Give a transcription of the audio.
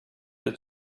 the